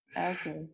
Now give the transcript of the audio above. Okay